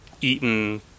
eaten